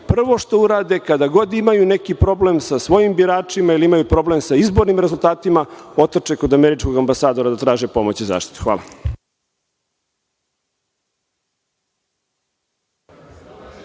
prvo što urade kada god imaju neki problem sa svojim biračima ili imaju problem sa izbornim rezultatima, otrče kod američkog ambasadora da traže pomoć i zaštitu. Hvala.